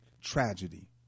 tragedy